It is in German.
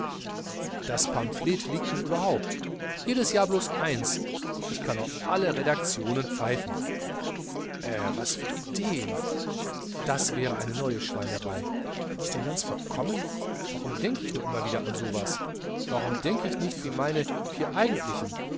das pamphlet liegt mir überhaupt jedes jahr blos eins und ich kann auf alle redaktionen pfeifen äh was für ideen das wäre eine neue schweinerei bin ich denn ganz verkommen warum denk ich immer wieder an so was warum denk ich nicht wie meine vier eigentlichen